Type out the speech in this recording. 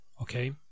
okay